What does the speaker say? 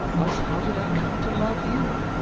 else how did i come to love you?